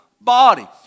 body